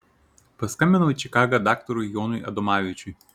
paskambinau į čikagą daktarui jonui adomavičiui